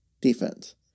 defense